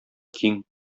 киң